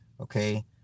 Okay